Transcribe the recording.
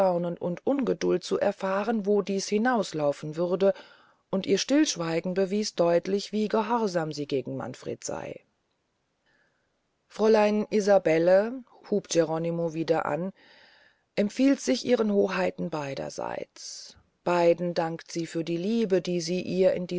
und ungeduld zu erfahren wo dies hinauslaufen würde und ihr stillschweigen bewies deutlich wie gehorsam sie gegen manfred sey fräulein isabelle hub geronimo wieder an empfiehlt sich ihren hoheiten beiderseits beiden dankt sie für die liebe die sie ihr